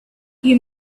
you